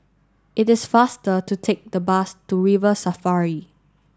it is faster to take the bus to River Safari